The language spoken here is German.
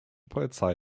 polizei